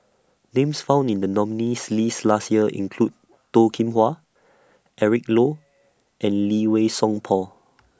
Names found in The nominees' list last Year include Toh Kim Hwa Eric Low and Lee Wei Song Paul